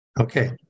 Okay